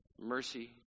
mercy